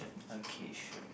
okay sure